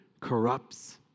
corrupts